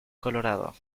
colorado